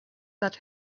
that